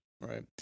Right